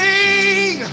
Sing